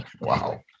Wow